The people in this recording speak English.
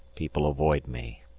people avoid me.